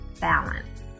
balance